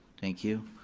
thank you.